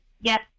yes